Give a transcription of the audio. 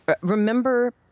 remember